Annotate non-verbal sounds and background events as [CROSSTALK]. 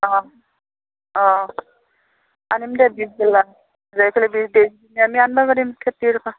অঁ অঁ আনিম দে পিছবেলা [UNINTELLIGIBLE] আমি আনিব পাৰিম [UNINTELLIGIBLE]